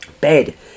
bed